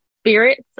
spirits